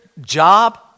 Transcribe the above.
job